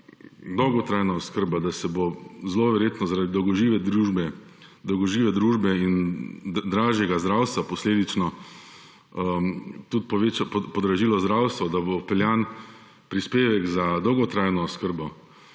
dolgotrajna oskrba, da se bo zelo verjetno zaradi dolgožive družbe in dražjega zdravstva posledično podražilo zdravstvo, da bo vpeljan prispevek za dolgotrajno oskrbo,